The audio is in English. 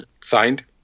signed